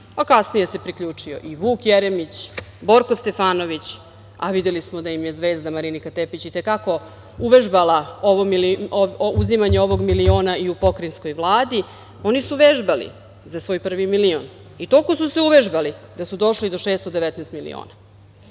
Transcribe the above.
a kasnije se priključio i Vuk Jeremić, Borko Stefanović, a videli smo da im je i zvezda Marinika Tepić itekako uvežbala uzimanje ovog miliona i u pokrajinskoj vladi. Oni su vežbali za svoj prvi milion i toliko su se uvežbali da su došli do 619 miliona, Upravo